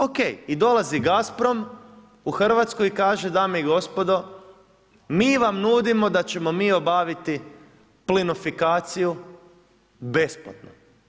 Ok, i dolazi Gazprom u Hrvatsku i kaže „dame i gospodo, mi vam nudimo da ćemo mi obaviti plinofikaciju besplatno.